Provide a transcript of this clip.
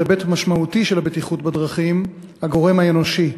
היבט משמעותי של הבטיחות בדרכים: הגורם האנושי.